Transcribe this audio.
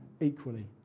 equally